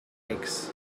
aches